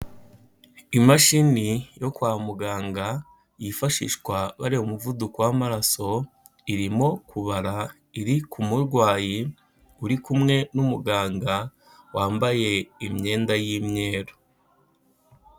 Imashini yo kwa muganga yifashishwa barireba umuvuduko w'amaraso, irimo kubara, iri ku murwayi uri kumwe n'umuganga wambaye imyenda y'umweru.